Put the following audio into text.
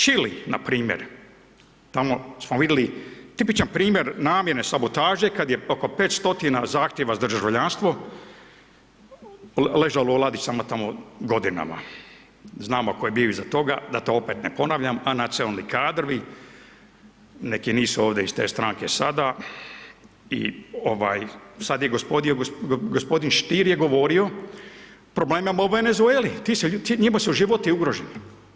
Čili npr. tamo smo vidli tipičan primjer namjene sabotaže kad je oko 500 zahtjeva za državljanstvo ležalo u ladicama tamo godinama, znamo ko je bio iza toga, da to opet ne ponavljam, a nacionalni kadrovi neki nisu ovde iz te stranke sada i ovaj sad je gospodin Stier govorio problem imamo u Venezueli, ti se ljudi, njima su životi ugroženi.